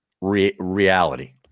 reality